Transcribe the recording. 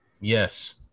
Yes